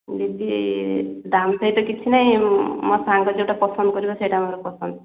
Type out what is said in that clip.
ଦିଦି ଦାମ୍ ସହିତ କିଛି ନାହିଁ ମୋ ମୋ ସାଙ୍ଗ ଯୋଉଟା ପସନ୍ଦ କରିବ ସେଇଟା ମୋର ପସନ୍ଦ